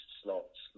slots